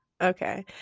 Okay